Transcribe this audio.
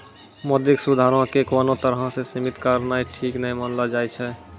मौद्रिक सुधारो के कोनो तरहो से सीमित करनाय ठीक नै मानलो जाय छै